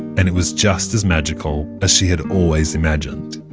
and it was just as magical as she had always imagined